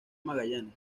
magallanes